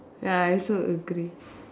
ya I also agree